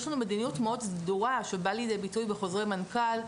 יש לנו מדיניות מאוד סדורה שבאה לידי ביטוי בחוזרי מנכ"ל,